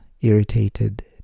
irritated